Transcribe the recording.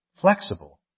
flexible